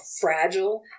fragile